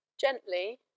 gently